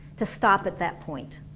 to stop at that point